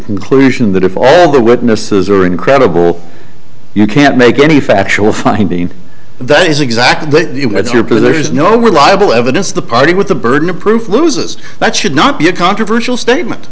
conclusion that if all the witnesses are incredible you can't make any factual finding that is exactly what it was your there's no reliable evidence the party with the burden of proof loses that should not be a controversial statement